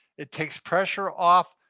it takes pressure off,